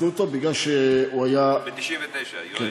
פסלו אותו כי הוא היה, ב-1999, יועץ?